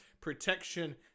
Protection